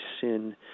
sin